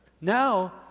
Now